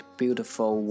beautiful